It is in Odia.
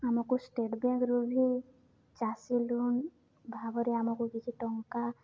ଆମକୁ ଷ୍ଟେଟ୍ ବ୍ୟାଙ୍କରୁ ବି ଚାଷୀ ଲୋନ୍ ଭାବରେ ଆମକୁ କିଛି ଟଙ୍କା